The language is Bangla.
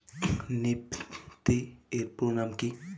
নিফটি এর পুরোনাম কী?